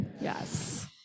Yes